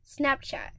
Snapchat